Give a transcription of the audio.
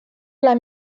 ole